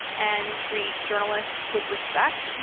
and treat journalists with respect, and